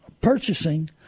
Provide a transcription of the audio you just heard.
purchasing